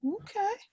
Okay